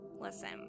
Listen